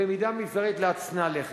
במידה מזערית, ל"הצנע לכת".